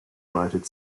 united